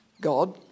God